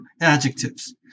adjectives